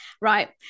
Right